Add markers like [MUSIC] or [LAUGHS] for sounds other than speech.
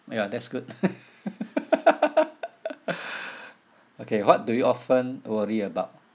ya that's good [LAUGHS] okay what do you often worry about